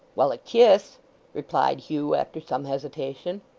well a kiss replied hugh, after some hesitation.